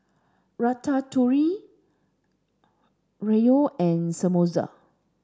Ratatouille Gyros and Samosa